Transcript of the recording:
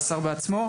והשר בעצמו.